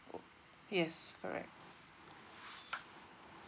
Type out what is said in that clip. yes correct